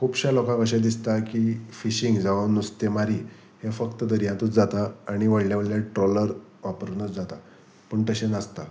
खुबश्या लोकांक अशें दिसता की फिशींग जावं नुस्तें मारी हें फक्त दर्यातूच जाता आनी व्हडले व्हडले ट्रॉलर वापरुनूच जाता पूण तशें नासता